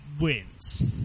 wins